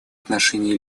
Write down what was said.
отношении